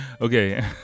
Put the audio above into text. Okay